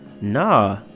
Nah